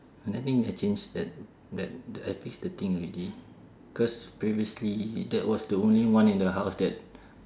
then I think change that that I fix the thing already cause previously that was the only one in the house that